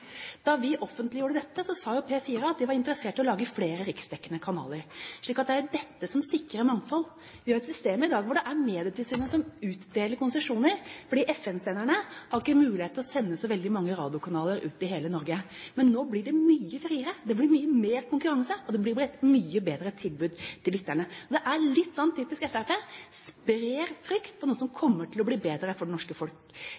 Da vi offentliggjorde dette, sa P4 at de var interessert i å lage flere riksdekkende kanaler, så det er dette som sikrer mangfold. Vi har et system i dag hvor det er Medietilsynet som utdeler konsesjoner. FM-senderne har ikke mulighet til å sende så veldig mange radiokanaler ut til hele Norge. Men nå blir det mye friere. Det blir mye mer konkurranse, og det blir et mye bedre tilbud til lytterne. Det er litt typisk Fremskrittspartiet å spre frykt om noe som kommer til å bli bedre for det norske folk.